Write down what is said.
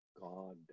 God